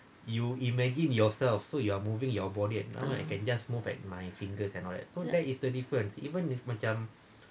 ah okay